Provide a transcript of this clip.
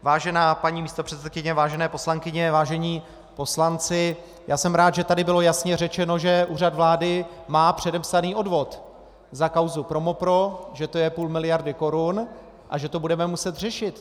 Vážená paní místopředsedkyně, vážené poslankyně, vážení poslanci, jsem rád, že tady bylo jasně řečeno, že Úřad vlády má předepsaný odvod za kauzu ProMoPro, že to je půl miliardy korun a že to budeme muset řešit.